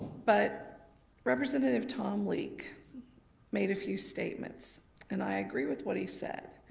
but representative tom leek made a few statements and i agree with what he said.